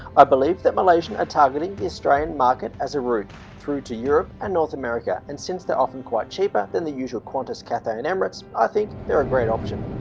i believe that malaysian are targeting the australian market as a route through to europe and north america and since they're often quite cheaper than the usual qantas, cathay and emirates, i think they're a great option